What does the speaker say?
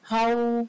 how